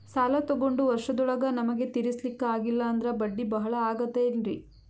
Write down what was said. ಸಾಲ ತೊಗೊಂಡು ವರ್ಷದೋಳಗ ನಮಗೆ ತೀರಿಸ್ಲಿಕಾ ಆಗಿಲ್ಲಾ ಅಂದ್ರ ಬಡ್ಡಿ ಬಹಳಾ ಆಗತಿರೆನ್ರಿ?